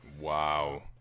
Wow